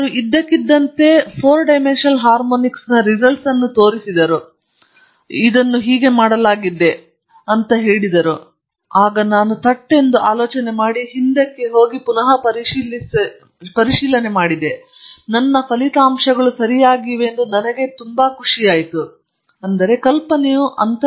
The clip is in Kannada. ಮತ್ತು ಅವರು ಇದ್ದಕ್ಕಿದ್ದಂತೆ ನನಗೆ ನಾಲ್ಕು ಆಯಾಮದ ಹಾರ್ಮೋನಿಕ್ಸ್ ಫಲಿತಾಂಶಗಳನ್ನು ತೋರಿಸಿದರು ಮತ್ತು ಅದನ್ನು ಈಗಾಗಲೇ ಮಾಡಲಾಗಿದೆ ಮತ್ತು ನಾನು ಹಿಂದಕ್ಕೆ ಹೋಗಿ ಪರಿಶೀಲಿಸಬೇಕಾಗಿತ್ತು ನನ್ನ ಫಲಿತಾಂಶಗಳು ಸರಿಯಾಗಿವೆಯೆಂದು ನನಗೆ ತುಂಬಾ ಖುಷಿಯಾಯಿತು ಆದರೆ ಅವರಿಗೆ ಬಹಳ ಸೊಗಸಾದ ಸಂಕೇತನ ಮತ್ತು ಅವರಿಗೆ ಚಿಕಿತ್ಸೆ ನೀಡುವ ಸುಂದರವಾದ ಮಾರ್ಗವಾಗಿತ್ತು